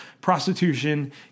Prostitution